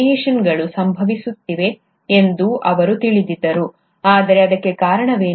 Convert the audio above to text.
ವೇರಿಯೇಷನ್ಗಳು ಸಂಭವಿಸುತ್ತಿವೆ ಎಂದು ಅವರು ತಿಳಿದಿದ್ದರು ಆದರೆ ಅದಕ್ಕೆ ಕಾರಣವೇನು